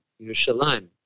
Yerushalayim